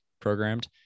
programmed